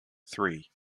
three